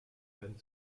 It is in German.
werden